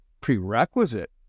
prerequisite